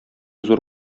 зур